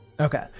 Okay